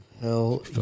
Hell